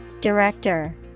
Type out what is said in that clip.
Director